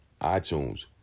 iTunes